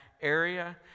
area